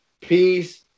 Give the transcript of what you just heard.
peace